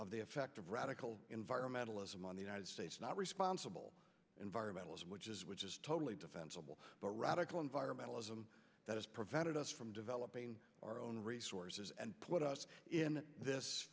of the effect of radical environmentalist among the united states not responsible environmentalist which is which is totally defensible but radical environmentalists and that has prevented us from developing our own resources and put us in this